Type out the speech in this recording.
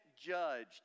judged